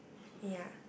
ya